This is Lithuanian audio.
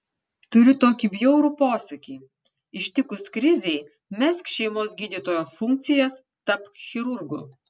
turiu tokį bjaurų posakį ištikus krizei mesk šeimos gydytojo funkcijas tapk chirurgu